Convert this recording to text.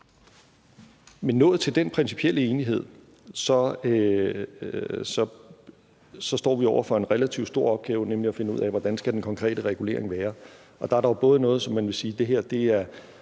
Nået til den principielle enighed står vi over for en relativt stor opgave, nemlig at finde ud af, hvordan den konkrete regulering skal være. Og der er både noget, som man vil sige er